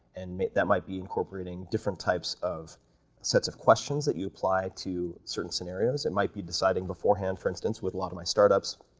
and that might be incorporating different types of sets of questions that you apply to certain scenarios. it might be deciding beforehand, for instance, with a lot of my startups,